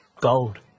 Gold